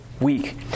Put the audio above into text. week